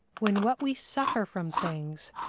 when what we suffer from things,